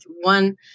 One